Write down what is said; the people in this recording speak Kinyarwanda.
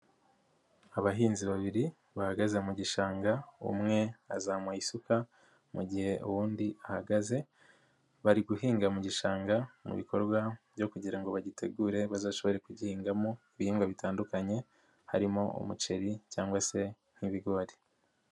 Abahinzi babiri bahagaze mu gishanga umwe azamuye isuka mu gihe uwundi ahagaze, bari guhinga mu gishanga mu bikorwa byo kugira ngo bagitegure bazashobore kugihingamo ibihingwa bitandukanye harimo umuceri cyangwa se nk'ibigori.